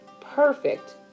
perfect